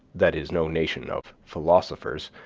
that is, no nation of philosophers,